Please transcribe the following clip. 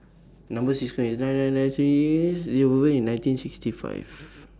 Number sequence IS nine nine nine thirty eightieth nineteen sixty five